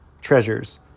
treasures